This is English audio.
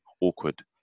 awkward